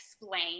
explain